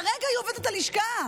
כרגע היא עובדת הלשכה.